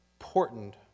important